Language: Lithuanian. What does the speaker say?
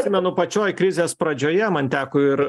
atsimenu pačioj krizės pradžioje man teko ir